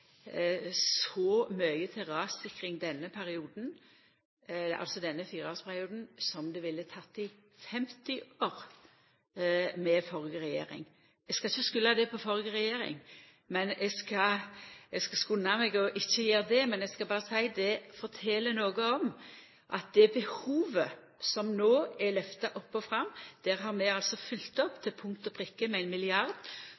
så mykje til rassikring i denne fireårsperioden som det ville ha teke den førre regjeringa 50 år å få til. Eg skal ikkje skulda på førre regjering – eg skal skunda meg ikkje å gjera det – men eg skal berre seia at det fortel noko om at når det gjeld det behovet som no er lyfta opp og fram, har vi følgt opp